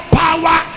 power